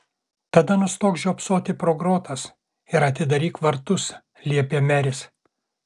tada nustok žiopsoti pro grotas ir atidaryk vartus liepė meris